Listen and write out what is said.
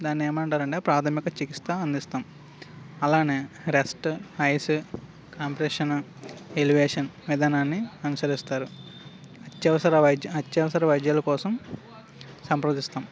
దాన్ని ఏమంటారంటే ప్రాథమిక చికిత్స అందిస్తాం అలానే రెస్ట్ ఐస్ కాంప్రెషన్ ఎలివేషన్ విధానాన్ని అనుసరిస్తారు అత్యవసర వైద్య అత్యవసర వైద్యలు కోసం సంప్రదిస్తాం